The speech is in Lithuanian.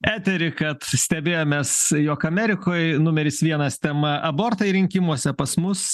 eterį kad stebėjomės jog amerikoj numeris vienas tema abortai rinkimuose pas mus